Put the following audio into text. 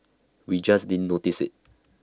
we just didn't notice IT